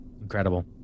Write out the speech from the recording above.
Incredible